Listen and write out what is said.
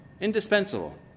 Indispensable